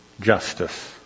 justice